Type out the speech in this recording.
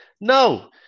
No